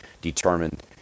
determined